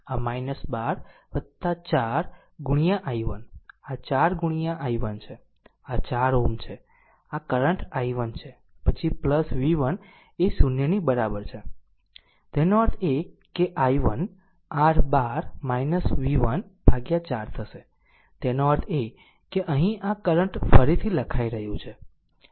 આમ 12 4 into i1 આ 4 into i1 છે આ 4 Ω છે અને આ કરંટ i1 છે પછી v1 એ 0 ની બરાબર છે તેનો અર્થ એ કે i1 કરંટ r 12 v1 ભાગ્યા 4 થશે તેનો અર્થ એ કે અહીં આ કરંટ ફરીથી લખાઈ રહ્યું છે